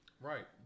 Right